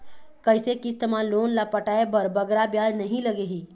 कइसे किस्त मा लोन ला पटाए बर बगरा ब्याज नहीं लगही?